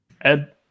Ed